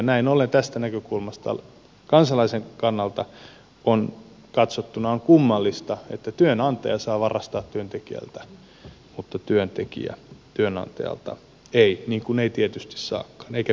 näin ollen tästä näkökulmasta kansalaisen kannalta katsottuna on kummallista että työnantaja saa varastaa työntekijältä mutta työntekijä ei työnantajalta niin kuin ei tietysti saakaan eikä pidäkään saada